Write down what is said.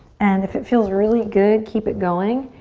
and if it feels really good, keep it going.